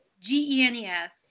g-e-n-e-s